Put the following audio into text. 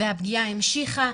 והפגיעה המשיכה,